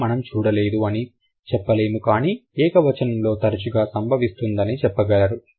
ఇది మనం చూడలేదు అని చెప్పలేము కానీ ఏకవచనంలో తరచుగా సంభవిస్తుందని చెప్పగలరు